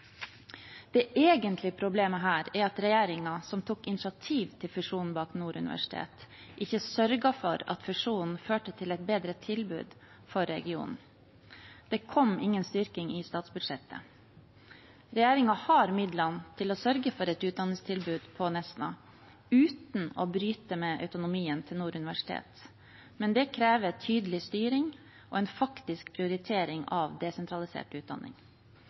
Det egentlige problemet her er at regjeringen som tok initiativ til fusjonen bak Nord universitet, ikke sørget for at fusjonen førte til et bedre tilbud for regionen. Det kom ingen styrking i statsbudsjettet. Regjeringen har midlene til å sørge for et utdanningstilbud på Nesna uten å bryte med autonomien til Nord universitet, men det krever tydelig styring og en faktisk prioritering av desentralisert utdanning.